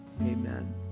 amen